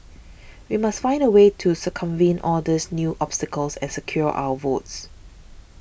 we must find a way to circumvent all these new obstacles and secure our votes